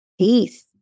Peace